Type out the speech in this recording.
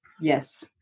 Yes